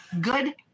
Good